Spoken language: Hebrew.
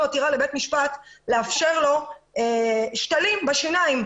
עתירה לבית המשפט לאפשר לו שתלים בשיניים.